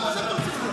הצבעת או לא הצבעת?